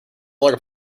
longer